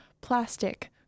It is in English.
plastic